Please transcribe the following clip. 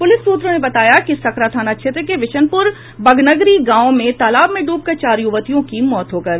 police सूत्रों ने बताया कि सकरा थाना क्षेत्र के विशनपुर बघनगरी गांव में तालाब में डूबकर चार युवतियों की मौत हो गयी